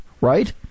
right